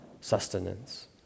sustenance